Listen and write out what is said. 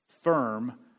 firm